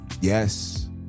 Yes